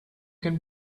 can